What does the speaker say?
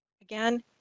Again